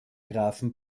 grafen